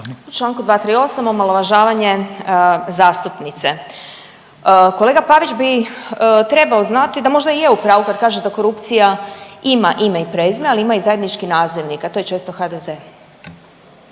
U čl. 238, omalovažavanje zastupnice. Kolega Pavić bi trebao znati da možda i je u pravu kad kaže da korupcija ima ime i prezime, ali ima i zajednički nazivnik, a to je često HDZ.